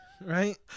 right